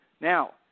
Now